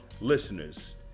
listeners